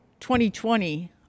2020